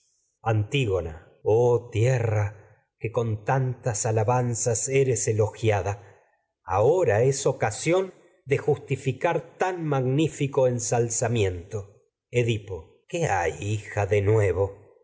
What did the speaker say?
antígona oh tierra es que tantas alabanzas eres elogiada ahora ensalzamiento ocasión de justificar tan mag nífico edipo qué hay hija de nuevo